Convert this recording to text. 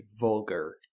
vulgar